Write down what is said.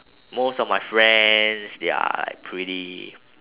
most of my friends they are like pretty